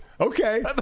Okay